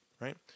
right